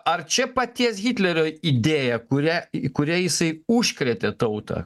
ar čia paties hitlerio idėja kurią į kurią jisai užkrėtė tautą